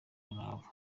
karahava